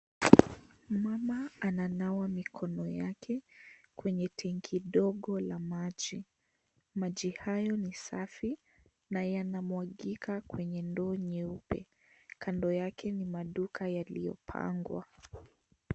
Mama ananawa mikono yake, kwenye tanki dogo ya maji. Maji hayo ni safi na yanamwagika kwenye ndoo nyeupe. Kando yake ni maduka yaliyopangwa.